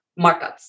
markups